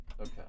Okay